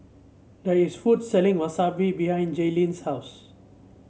there is a food selling wasabi behind Jaylen's house